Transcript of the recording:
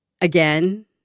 again